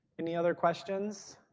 any other questions?